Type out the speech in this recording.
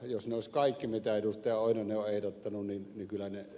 jos ne olisivat kaikki toteutuneet joita ed